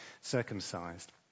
circumcised